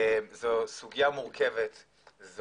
זו סוגיה מורכבת,